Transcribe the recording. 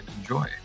enjoy